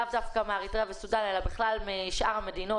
לאו דווקא מאריתריאה וסודן אלא בגלל משאר המדינות,